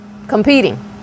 Competing